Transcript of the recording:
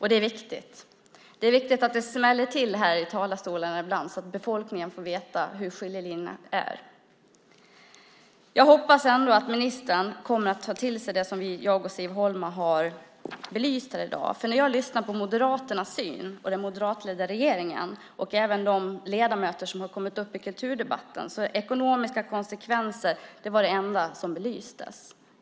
Det är viktigt att det smäller till i talarstolarna ibland så att befolkningen får veta var skiljelinjerna går. Jag hoppas ändå att ministern tar till sig det som jag och Siv Holma har belyst här i dag. När jag lyssnar på Moderaterna, den moderatledda regeringen och de ledamöter som har gått upp i kulturdebatten är ekonomiska konsekvenser det enda som blir belyst.